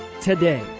today